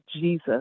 Jesus